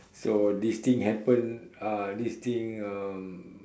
so this thing happen uh this thing um